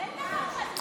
אבל אין דבר כזה זמני.